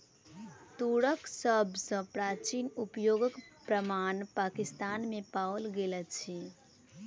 तूरक सभ सॅ प्राचीन उपयोगक प्रमाण पाकिस्तान में पाओल गेल अछि